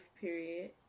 period